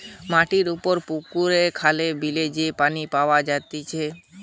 মাটির উপরে পুকুরে, খালে, বিলে যে পানি পাওয়া যায়টে